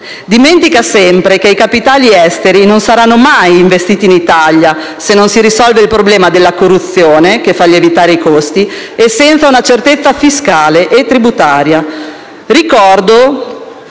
dimentica sempre che i capitali esteri non saranno mai investiti in Italia se non si risolve il problema della corruzione, che fa lievitare i costi, e senza una certezza fiscale e tributaria.